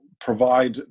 provide